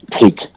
take